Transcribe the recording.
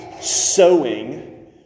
sowing